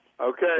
Okay